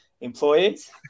employees